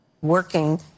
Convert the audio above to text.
Working